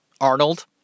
Arnold